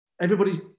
Everybody's